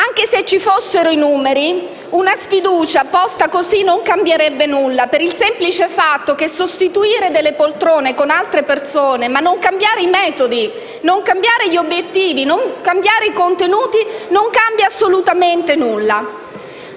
Anche se ci fossero i numeri, una sfiducia posta così non cambierebbe nulla, per il semplice fatto che sostituire delle persone con altre, non cambiando i metodi, gli obiettivi e i contenuti, non cambia assolutamente nulla.